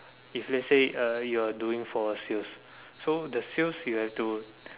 if let's say uh you are doing for sales so the sales you have to